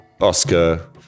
Oscar